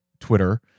twitter